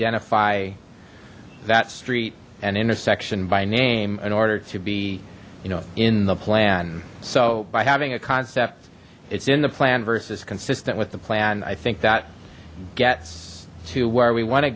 identify that street and intersection by name in order to be you know in the plan so by having a concept it's in the plan versus consistent with the plan i think that gets to where we want to